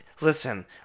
listen